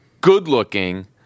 good-looking